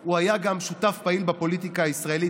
הוא היה גם שותף פעיל בפוליטיקה הישראלית